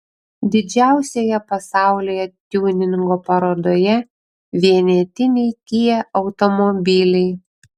didžiausioje pasaulyje tiuningo parodoje vienetiniai kia automobiliai